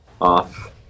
off